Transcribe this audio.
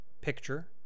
picture